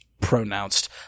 pronounced